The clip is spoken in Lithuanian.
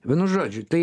vienu žodžiu tai